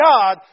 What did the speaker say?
God